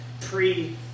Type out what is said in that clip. pre